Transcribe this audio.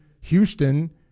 Houston